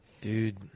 Dude